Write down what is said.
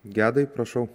gedai prašau